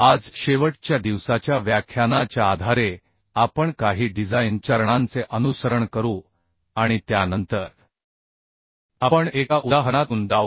आज शेवटच्या दिवसाच्या व्याख्यानाच्या आधारे आपण काही डिझाइन चरणांचे अनुसरण करू आणि त्यानंतर आपण एका उदाहरणातून जाऊ